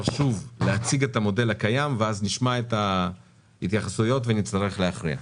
שוב להציג את המודל הקיים ואז נשמע את ההתייחסויות ונצטרך להכריע.